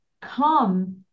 come